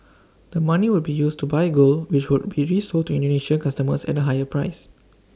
the money would be used to buy gold which would be resold to Indonesian customers at A higher price